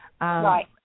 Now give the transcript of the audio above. Right